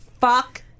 Fuck